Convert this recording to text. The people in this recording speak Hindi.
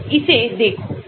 इसे देखो यह है 27